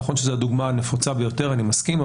נכון שזו הדוגמה הנפוצה ביותר, אני מסכים.